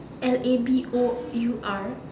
L A B O U R